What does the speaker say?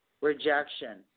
rejection